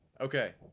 Okay